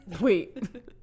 wait